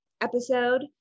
episode